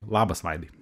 labas vaidai